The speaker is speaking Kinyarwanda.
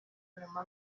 nyuma